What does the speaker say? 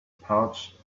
pouch